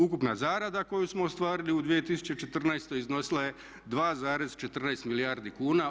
Ukupna zarada koju smo ostvarili u 2014. iznosila je 2,14 milijardi kuna.